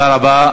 תודה רבה.